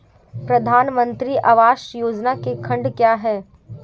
प्रधानमंत्री आवास योजना के खंड क्या हैं?